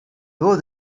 though